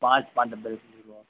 पाँच पाँच डब्बे लिख लीजिए आप